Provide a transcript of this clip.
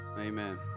Amen